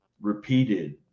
repeated